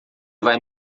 vai